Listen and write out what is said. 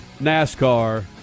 NASCAR